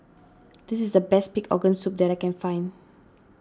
this is the best Pig Organ Soup that I can find